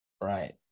right